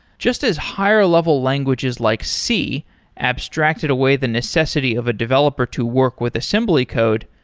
just as higher level languages like c abstracted away the necessity of a developer to work with assembly code,